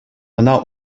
ӑна